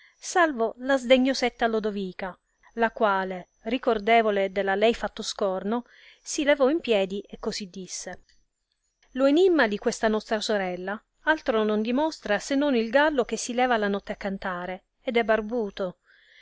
salvo la sdegnosetta lodovica la quale ricordevole del a lei fatto scorno si levò in piedi e così disse lo enimma di questa nostra sorella altro non dimostra se non il gallo che si leva la notte a cantare ed è barbuto